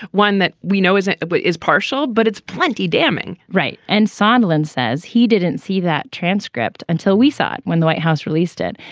one that we know is but is partial but it's plenty damning right. and sandlin says he didn't see that transcript until we saw it when the white house released it.